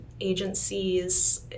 agencies